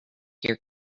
here